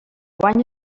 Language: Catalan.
guany